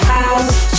House